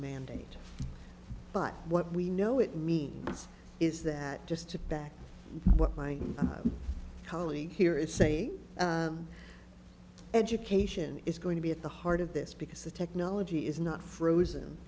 mandate but what we know it means is that just to back what my colleague here is saying education is going to be at the heart of this because the technology is not frozen